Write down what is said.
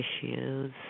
issues